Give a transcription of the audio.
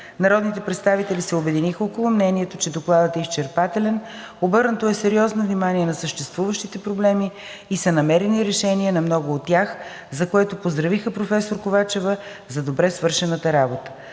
Народните представители се обединиха около мнението, че Докладът е изчерпателен, обърнато е сериозно внимание на съществуващите проблеми и са намерени решения на много от тях, за което поздравиха професор Ковачева за добре свършената работа.